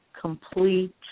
Complete